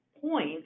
points